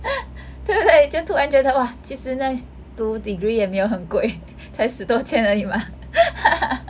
对不对就突然觉得哇现在读 degree 也没有很贵才十多千而已嘛